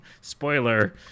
Spoiler